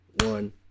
one